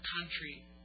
country